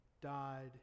died